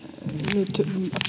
nyt